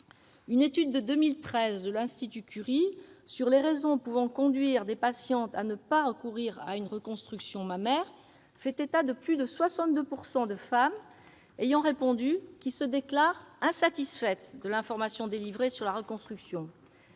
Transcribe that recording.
Une étude de 2013 de l'Institut Curie sur les raisons pouvant conduire des patientes à ne pas recourir à une reconstruction mammaire fait état de plus de 62 % de femmes ayant répondu qui se déclarent insatisfaites de l'information délivrée sur la reconstruction